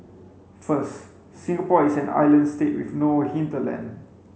first Singapore is an island state with no hinterland